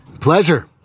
Pleasure